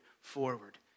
forward